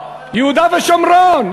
יהודה ושומרון,